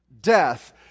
death